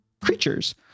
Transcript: creatures